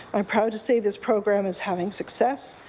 i'm proud to say this program is having success,